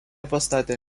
pastatė